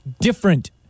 different